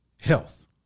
health